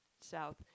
South